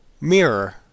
mirror